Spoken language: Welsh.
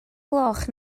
gloch